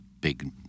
big